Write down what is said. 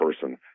person